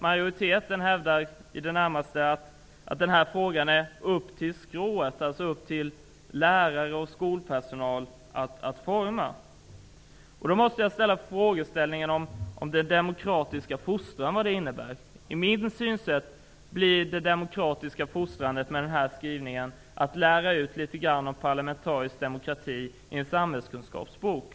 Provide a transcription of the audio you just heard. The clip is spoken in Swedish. Majoriteten hävdar i det närmaste att denna fråga är ''upp till skrået'', d.v.s. att lärare och skolpersonal får forma den. Då måste jag fråga vad den demokratiska fostran innebär. Med denna skrivning kommer enligt mitt synsätt den demokratiska fostran att innebära att man lär ut litet om parlamentarisk demokrati ur en samhällskunskapsbok.